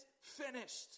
finished